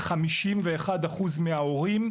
ו-51% מההורים,